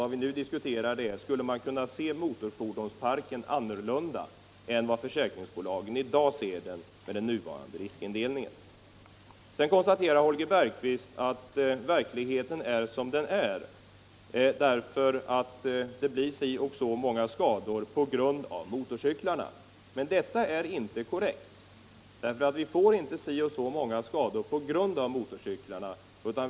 Vad vi nu diskuterar är: Skulle man kunna se motorfordonsparken annorlunda än försäkringsbolagen i dag gör, med den nuvarande riskindelningen? Holger Bergqvist konstaterar att verkligheten är som den är därför att det blir si och så många skador på grund av motorcyklar. Men det är inte korrekt. Alla skador uppstår inte på grund av motorcyklar, utan det gäller skador där motorcyklar är inblandade.